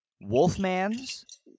Wolfman's